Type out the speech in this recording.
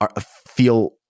feel